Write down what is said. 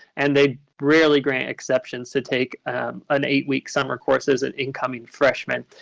and they rarely grant exceptions to take an eight-week summer course as an incoming freshman.